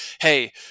hey